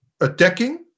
attacking